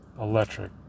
electric